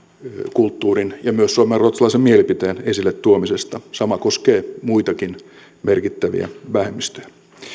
kulttuurin ja myös suomenruotsalaisen mielipiteen esille tuomisesta sama koskee muitakin merkittäviä vähemmistöjä